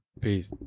Peace